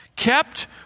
kept